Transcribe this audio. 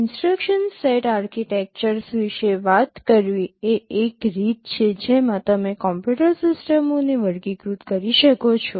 instruction set architectures વિશે વાત કરવી એ એક રીત છે જેમાં તમે કમ્પ્યુટર સિસ્ટમોને વર્ગીકૃત કરી શકો છો